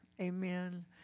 Amen